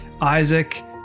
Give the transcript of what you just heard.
Isaac